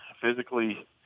physically